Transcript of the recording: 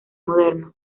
modernos